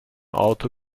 auto